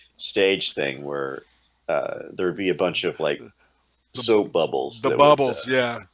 staged thing where there'd be a bunch of like so bubbles the bubbles yeah,